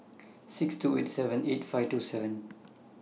six two eight seven eight five two seven